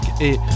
et